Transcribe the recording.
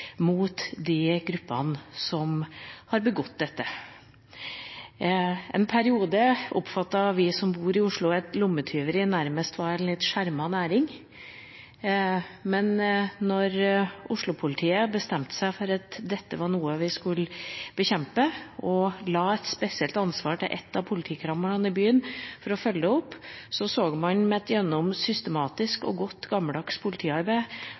mot de gruppene som har begått dette. I en periode oppfattet vi som bor i Oslo, at lommetyveri nærmest var en litt skjermet næring, men da Oslo-politiet bestemte seg for at dette var noe man skulle bekjempe, og la et spesielt ansvar på ett av politikamrene i byen for å følge det opp, så man at også den typen kriminalitet – gjennom systematisk og godt gammeldags politiarbeid